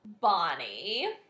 Bonnie